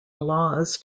laws